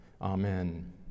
Amen